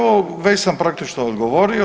Već sam praktično odgovorio.